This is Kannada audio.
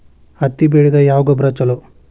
ಹತ್ತಿ ಬೆಳಿಗ ಯಾವ ಗೊಬ್ಬರ ಛಲೋ?